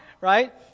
right